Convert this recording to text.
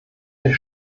der